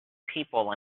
people